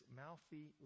mouthy